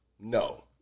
No